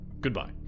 goodbye